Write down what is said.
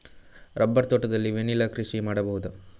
Rubber ತೋಟದಲ್ಲಿ vanilla ಕೃಷಿ ಮಾಡಬಹುದಾ?